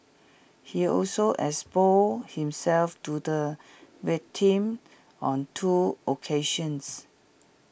he also exposed himself to the victim on two occasions